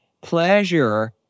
pleasure